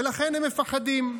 ולכן הם מפחדים.